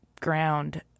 ground